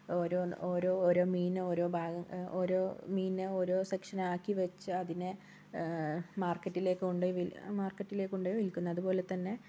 ഓരോന്ന് ഓരോ ഓരോ മീൻ ഓരോ ഓരോ മീനിനെ ഓരോ സെക്ഷനാക്കി വച്ച് അതിനെ മാർക്കറ്റിലേക്ക് കൊണ്ടുപോയി മാർക്കറ്റിലേക്ക് കൊണ്ടഉപോയി വിൽക്കുന്നു അതുപോലെതന്നെ